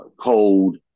cold